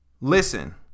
listen